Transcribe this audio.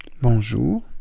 Bonjour